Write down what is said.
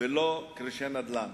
ולא כרישי נדל"ן.